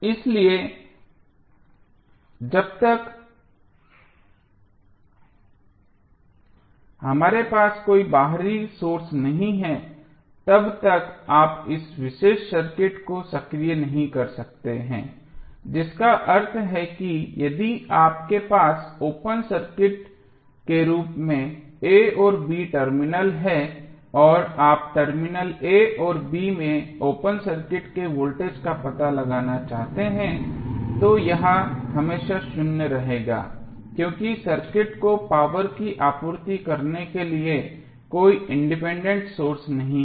इसलिए जब तक हमारे पास कोई बाहरी सोर्स नहीं है तब तक आप इस विशेष सर्किट को सक्रिय नहीं कर सकते हैं जिसका अर्थ है कि यदि आपके पास ओपन सर्किट के रूप में a और b टर्मिनल हैं और आप टर्मिनल a और b में ओपन सर्किट के वोल्टेज का पता लगाना चाहते हैं तो यह हमेशा शून्य रहेगा क्योंकि सर्किट को पावर की आपूर्ति करने के लिए कोई इंडिपेंडेंट सोर्स नहीं है